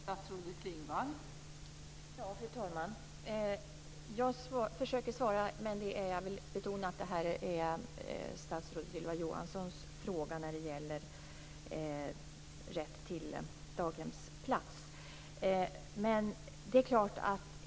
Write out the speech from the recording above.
Fru talman! Jag försöker svara, men jag vill betona att frågor som rör rätten till daghemsplats är statsrådet Ylva Johanssons område.